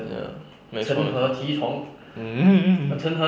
ya 没错